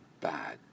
bad